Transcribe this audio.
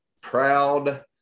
proud